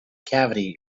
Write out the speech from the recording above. cavity